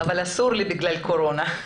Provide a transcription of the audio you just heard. אבל אסור לי בגלל הקורונה.